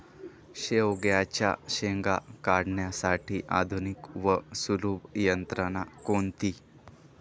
शेवग्याच्या शेंगा काढण्यासाठी आधुनिक व सुलभ यंत्रणा कोणती?